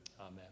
Amen